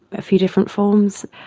a few different forms.